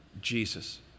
Jesus